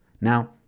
Now